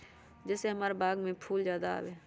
जे से हमार बाग में फुल ज्यादा आवे?